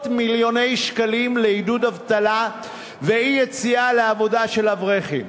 מיליוני שקלים לעידוד אבטלה ואי-יציאה לעבודה של אברכים,